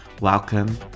Welcome